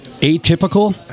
Atypical